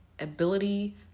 Ability